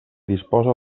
disposa